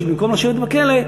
שבמקום לשבת בכלא,